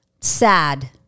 sad